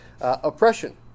Oppression